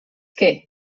què